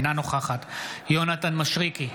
אינה נוכחת יונתן מישרקי,